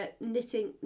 knitting